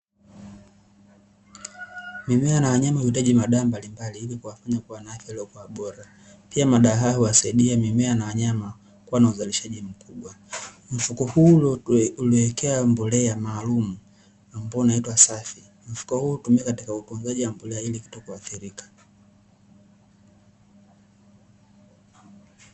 Mimea na wanyama wahitaji madawa mbalimbali ili kuwafanya kuwa na hilo kwa bora, pia madawa wasaidie mimea na wanyama kuwa na uzalishaji mkubwa, mfuko huu uliowekea mbolea maalum ambayo inaitwa "safi" mfuko huo hutumika katika ukuzaji wa mpira ili kutokuathirika.